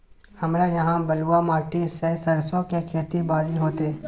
हमरा यहाँ बलूआ माटी छै सरसो के खेती बारी होते?